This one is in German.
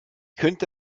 könnte